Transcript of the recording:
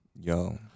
Yo